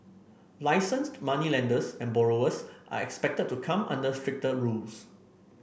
licensed moneylenders and borrowers are expected to come under stricter rules